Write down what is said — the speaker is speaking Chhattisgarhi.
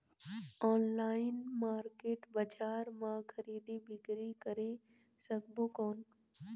ऑनलाइन मार्केट बजार मां खरीदी बीकरी करे सकबो कौन?